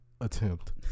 Attempt